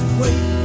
wait